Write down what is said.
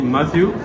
Matthew